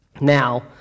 Now